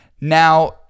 Now